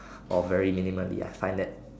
or very minimally I find that